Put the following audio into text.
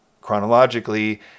chronologically